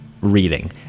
reading